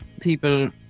people